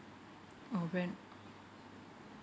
oh rent